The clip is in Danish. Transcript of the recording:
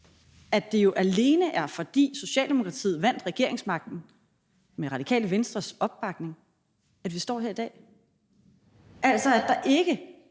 at det jo alene er, fordi Socialdemokratiet vandt regeringsmagten med Radikale Venstres opbakning, at vi står her i dag, altså at der ikke